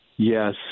yes